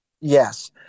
Yes